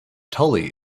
tully